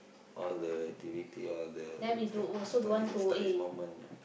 all the activity all the stu~ studies and studies moment ya